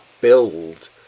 build